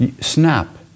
Snap